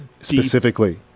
specifically